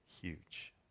huge